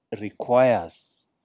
requires